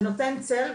זה נותן צל,